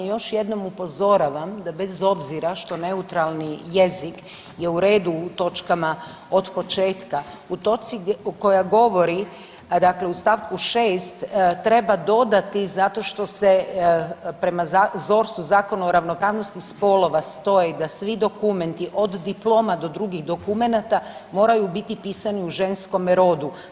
Još jednom upozoravam da bez obzira što neutralni jezi je u redu u točkama od početka, u točci koja govori dakle u st. 6. treba dodati zato što se prema ZORS-u Zakonu o ravnopravnosti spolova stoji da svi dokumenti od diploma do drugih dokumenata moraju biti pisani u ženskome rodu.